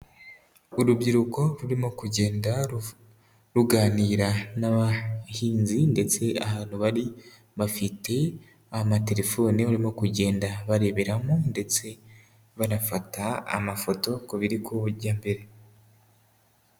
Urubyiruko rurimo kugenda ruganira n'abahinzi ndetse ahantu bari, bafite amatelefone urimo kugenda bareberamo ndetse banafata amafoto ku biri kujya mbere.